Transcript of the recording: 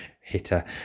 hitter